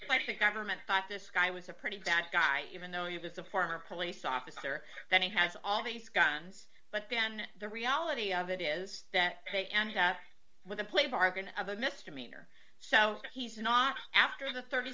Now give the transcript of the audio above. in the government thought this guy was a pretty bad guy even though you this is a former police officer that he has all these guns but then the reality of it is that they end up with a plea bargain of a misdemeanor so he's not after the thirty